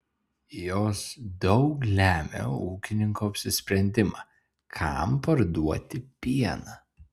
jos daug lemia ūkininko apsisprendimą kam parduoti pieną